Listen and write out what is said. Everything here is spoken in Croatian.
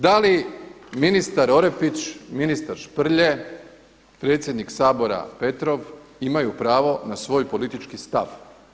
Da li ministar Orepić, ministar Šprlje, predsjednik Sabora Petrov imaju pravo na svoj politički stav?